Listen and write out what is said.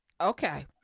Okay